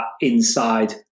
inside